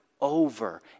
over